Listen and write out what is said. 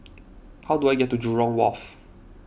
how do I get to Jurong Wharf